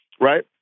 right